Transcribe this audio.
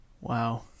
Wow